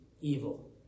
evil